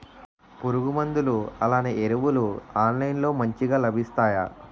పురుగు మందులు అలానే ఎరువులు ఆన్లైన్ లో మంచిగా లభిస్తాయ?